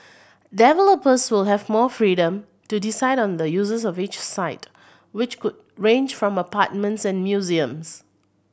developers will have more freedom to decide on the uses of each site which could range from apartments and museums